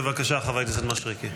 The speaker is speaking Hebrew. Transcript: בבקשה, חבר הכנסת מישרקי.